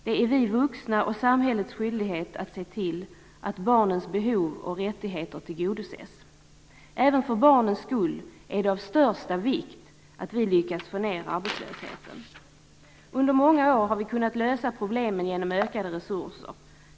Det är vi vuxnas och samhällets skyldighet att se till att barnets behov och rättigheter tillgodoses. Även för barnens skull är det av största vikt att vi lyckas få ned arbetslösheten. Under många år har vi kunnat lösa problemen genom ökade resurser.